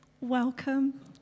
welcome